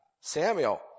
Samuel